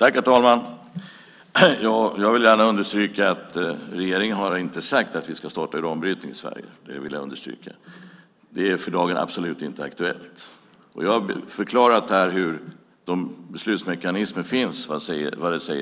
Herr talman! Jag vill understryka att regeringen inte har sagt att vi ska starta uranbrytning i Sverige. Det är för dagen absolut inte aktuellt. Jag har förklarat vilka beslutsmekanismer som finns vad gäller